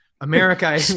America